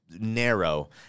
Narrow